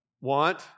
want